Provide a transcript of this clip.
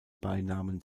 beinamen